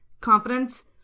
confidence